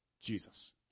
Jesus